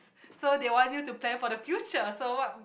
so they want you to plan for the future so what